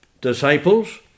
disciples